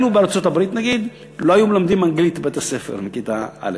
אם היינו בארצות-הברית ולא היו מלמדים אנגלית בבית-הספר מכיתה א'.